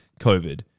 COVID